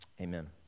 Amen